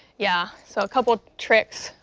yeah so a couple of tricks